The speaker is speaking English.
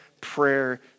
Prayer